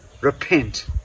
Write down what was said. Repent